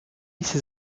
ses